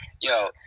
Yo